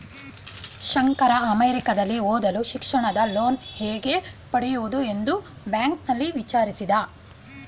ಶಂಕರ ಅಮೆರಿಕದಲ್ಲಿ ಓದಲು ಶಿಕ್ಷಣದ ಲೋನ್ ಹೇಗೆ ಪಡೆಯುವುದು ಎಂದು ಬ್ಯಾಂಕ್ನಲ್ಲಿ ವಿಚಾರಿಸಿದ